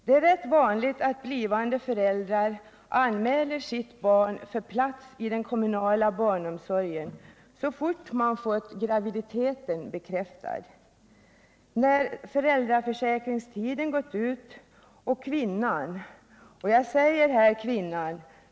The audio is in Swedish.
Det är rätt vanligt att blivande föräldrar anmäler sitt barn för plats i den kommunala barnomsorgen så fort man fått graviditeten bekräftad. När föräldraförsäkringstiden gått ut och kvinnan —- och jag säger kvinnan.